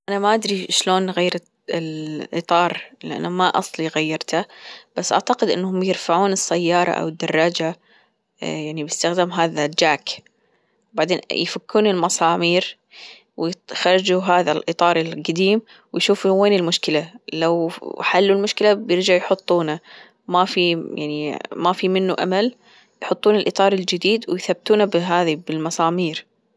أنا ما أدري شلون غيرت الإطار لأنه ما أصلي غيرته بس أعتقد إنهم يرفعون السيارة أو الدراجة يعني بإستخدام هذا الجاك بعدين يفكون المسامير يخرجوا هذا الإطار القديم ويشوفوا وين المشكلة لو حلوا المشكلة بيرجعوا يحطونه ما في يعني ما في منه أمل يحطون الإطار الجديد ويثبتونه بهذي بالمسامير.